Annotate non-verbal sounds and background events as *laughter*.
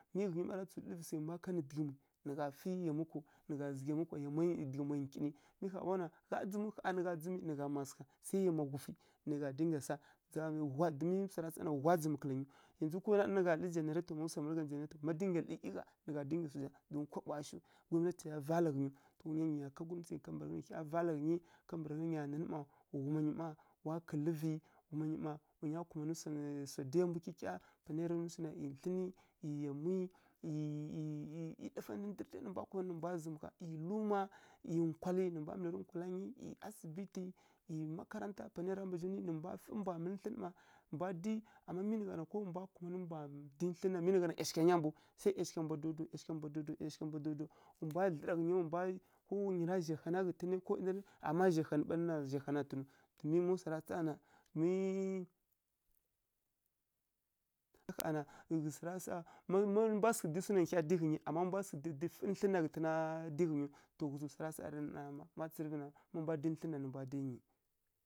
Mi ghǝnyi ɓara tsǝw lǝrǝvǝ sai mbwa kanǝ dǝghǝmwi nǝ gha tsǝm yamwi kwau, nǝ gha zǝghǝ yamwi kwa dǝghǝmwa nkǝni mi ƙha ɓaw na ƙha nǝ gha dzǝmǝ nǝ gha mma sǝgha, sai yamwa hufǝ nǝ gha dinga sa *unintelligible* gha dzǝmǝ kumanǝw, ama ko wana ɗarǝ na nǝ lǝrǝ janaraito ma nǝwa dinga lǝrǝ ˈyi gha nǝ gha dinga dzǝma domin kaɓowa shi, anǝ tsǝghala zhi *unintelligible* vala ghǝnyi kambǝragha nǝ nya mǝlǝ ma nǝ ghǝna nyi ma *unintelligible* swa dǝya mbu kyikya panai ya ra nwu shina ˈyi thlǝnǝ ˈyi yamwi *unintelligible* ˈyi luma, ˈyi nkwalǝ nǝ mbwa mǝlairǝ nkwala ka ghǝnyi ˈyi asibiti, ˈyi makaranta panai ya ra mbara nwaira ghunǝ, nǝ mbwa fǝi mbwa mǝlǝ thlǝn ma nǝ mbwa dǝyi amma mi nǝ gha na ko wa mbwa kumanǝ mbwa dǝyi thlǝn na mi nǝ gha na ˈyashigha nya mbu, sai ˈyashigha mbwa dau-dau, ˈyashigha mbwa dau-dau, ˈyashigha mbwa dau-dau, nǝ mbwa dlǝra ghǝnyi ko wa nya zhai hana ghǝtǝn nai ko ˈyi ndzarǝ, amma zhai hanǝ ɓarǝ na zhai hana ghǝtǝnǝw domin má swara saˈa na *unintelligible* ma ndwa sǝghǝ dǝyi swu nǝ hya dǝyi ghǝnyi amma ma mbwa sǝghǝ fǝ thlǝn na ghǝtǝna dǝyi ghǝnyiw to ghǝzǝ swara saˈa *unintelligible* ma dǝyi thlǝn na nǝ mbwa dǝyi ghǝnyi.